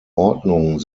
ordnung